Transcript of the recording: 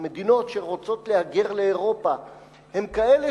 המדינות שמהן רוצים להגר לאירופה הן כאלה